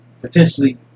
potentially